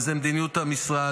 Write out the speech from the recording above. וזאת מדיניות המשרד,